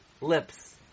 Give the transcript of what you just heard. lips